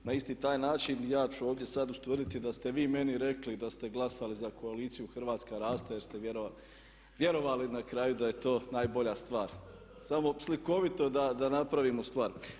Na isti taj način ja ću ovdje sad ustvrditi da ste vi meni rekli da ste glasali za koaliciju Hrvatska raste jer ste vjerovali na kraju da je to najbolja stvar, samo slikovito da napravimo stvar.